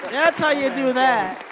that's how you do that,